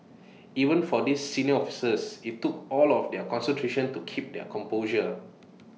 even for these senior officers IT took all of their concentration to keep their composure